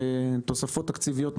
אני מקווה שנצליח לשמוע אתכם בשלל הדיונים,